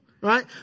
right